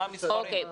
מה המספרים?